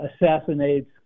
assassinates